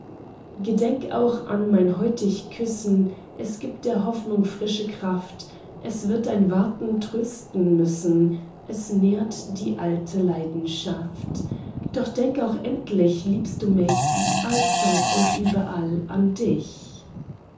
gedenk auch an mein heutig küssen es gibt der hoffnung frische kraft es wird dein warten trösten müssen es nährt die alte leidenschaft doch denk auch endlich liebst du mich allzeit und überall an dich